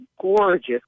gorgeous